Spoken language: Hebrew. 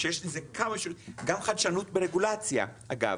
שיש לזה כמה, גם חדשנות ברגולציה, אגב.